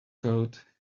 code